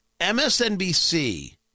MSNBC